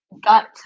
gut